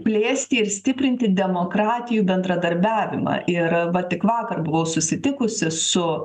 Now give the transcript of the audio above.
plėsti ir stiprinti demokratijų bendradarbiavimą ir va tik vakar susitikusi su